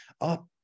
up